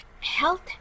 Health